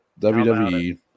WWE